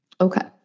Okay